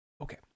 Okay